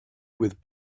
with